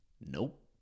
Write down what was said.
Nope